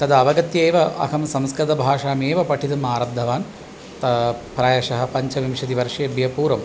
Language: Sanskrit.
तद् अवगत्येव अहं संस्कृतभाषामेव पठितुम् आरब्धवान् प्रायशः पञ्चविंशतिवर्षेभ्यः पूर्व